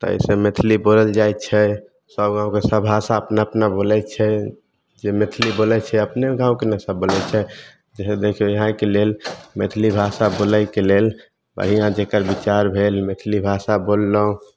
तऽ एहिसे मैथली बोलल जाइत छै सब गाँवके सब भाषा अपना अपना बोलैत छै जे मैथली बोलैत छै अपने गाँवके ने सब बोलैत छै जैसे देखियौ इहाँके लेल मैथली भाषा बोलैके लेल तऽ बढ़िआँ जेकर बिचार भेल मैथली भाषा बोललहुँ